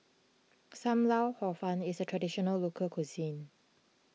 Sam Lau Hor Fun is a Traditional Local Cuisine